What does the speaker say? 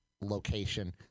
location